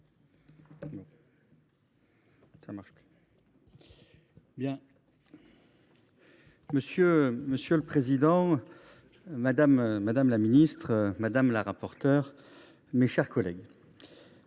Monsieur le président, madame la ministre, madame la rapporteure, mes chers collègues,